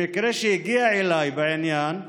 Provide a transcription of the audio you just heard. במקרה שהגיע אליי בעניין ניידות,